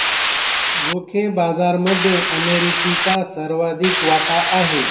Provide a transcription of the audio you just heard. रोखे बाजारामध्ये अमेरिकेचा सर्वाधिक वाटा आहे